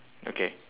okay